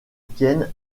tiennent